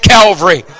Calvary